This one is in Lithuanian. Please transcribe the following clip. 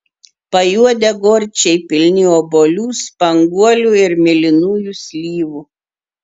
pajuodę gorčiai pilni obuolių spanguolių ir mėlynųjų slyvų